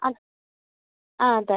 ആ ആ അതെ